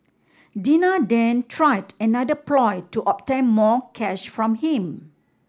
Dina then tried another ploy to obtain more cash from him